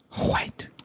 White